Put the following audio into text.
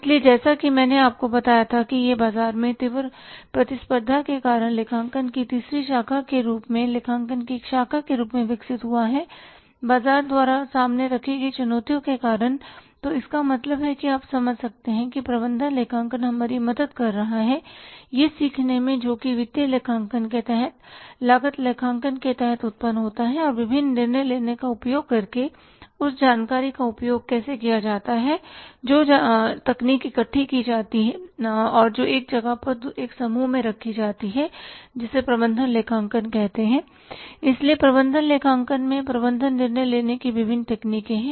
इसलिए जैसा कि मैंने आपको बताया कि यह बाजार में तीव्र प्रतिस्पर्धा के कारण लेखांकन की तीसरी शाखा के रूप में लेखांकन की एक शाखा के रूप में विकसित हुआ है बाजार द्वारा सामने रखी गई चुनौतियाँ के कारण तो इसका मतलब है कि आप समझ सकते हैं कि प्रबंधन लेखांकन हमारी मदद कर रहा है यह सीखने में जो कि वित्तीय लेखांकन के तहत लागत लेखांकन के तहत उत्पन्न होता है और विभिन्न निर्णय लेने का उपयोग करके उस जानकारी का उपयोग कैसे किया जाता है जो तकनीक इकट्ठी जाती हैं या एक जगह पर एक समूह में रखी जाती हैं जिसे प्रबंधन लेखांकन कहते हैं इसलिए प्रबंधन लेखांकन में प्रबंधन निर्णय लेने की विभिन्न तकनीकें हैं